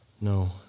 No